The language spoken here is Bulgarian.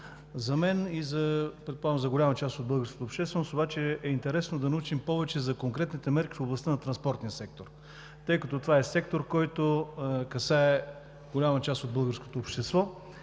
за голяма част от българската общественост обаче е интересно да научим повече за конкретните мерки в областта на транспортния сектор, тъй като това е сектор, който касае голяма част от българското общество.